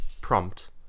prompt